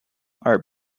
are